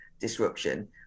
disruption